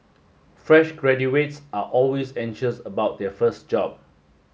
fresh graduates are always anxious about their first job